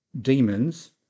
demons